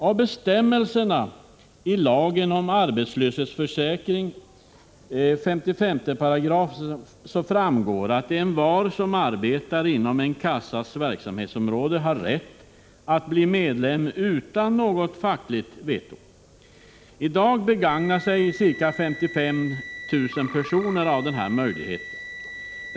Av bestämmelserna i 55 § lagen om arbetslöshetsförsäkring framgår att envar som arbetar inom en kassas verksamhetsområde har rätt att bli medlem utan något fackligt veto. I dag begagnar sig ca 55 000 personer av denna möjlighet.